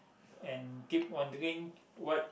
and keep wondering what